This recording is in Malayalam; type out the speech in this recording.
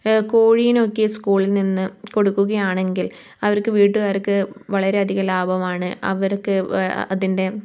കോഴിനെയൊക്കെ സ്കൂളിൽ നിന്ന് കൊടുക്കുകയാണെങ്കിൽ അവർക്ക് വീട്ടുകാർക്ക് വളരെയധികം ലാഭമാണ് അവർക്ക് അതിൻ്റെ